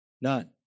None